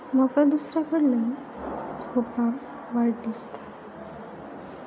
म्हाका दुसऱ्याकडल्यान पळोवपाक वायट दिसता